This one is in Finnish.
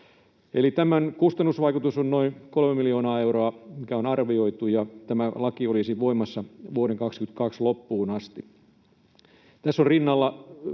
Tämän kustannusvaikutus on noin 3 miljoonaa euroa, mikä on arvioitu, ja tämä laki olisi voimassa vuoden 22 loppuun asti.